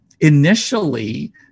initially